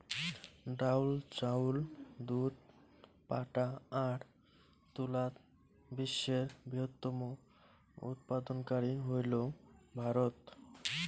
ডাইল, চাউল, দুধ, পাটা আর তুলাত বিশ্বের বৃহত্তম উৎপাদনকারী হইল ভারত